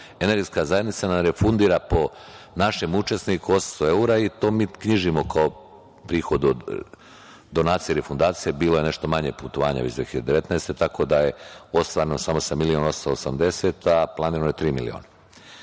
Energetska zajednica refundira, po našem učesniku 800 evra, i to mi knjižimo kao prihod od donacija i refundacija. Bilo je nešto manje putovanja već 2019. godine, tako da je ostvareno samo sa milion 880, a planirano je tri miliona. Tako